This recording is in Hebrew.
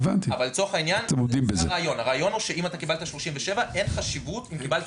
אבל לצורך העניין אם קיבלת 37 אין חשיבות אם קיבלת